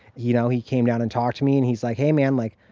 you know, he came down and talked to me and he's like, hey man, like,